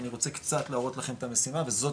אני רוצה קצת להראות לכם את המשימה וזאת